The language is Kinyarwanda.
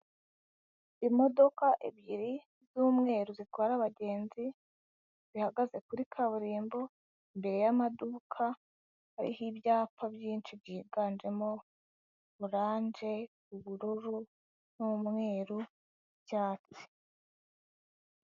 Imodoka ebyiri z'umweru zitwara abagenzi, zihagaze kuri kaburimbo imbere y'amaduka, ariho ibyapa byinshi byiganjem;, oranje, ubururu, n'umweru, n'icyatsi.